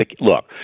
Look